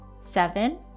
seven